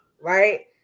Right